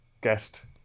guest